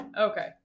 Okay